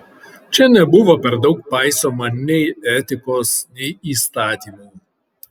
čia nebuvo per daug paisoma nei etikos nei įstatymų